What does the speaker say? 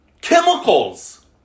chemicals